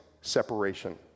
separation